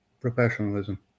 professionalism